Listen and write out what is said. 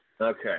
Okay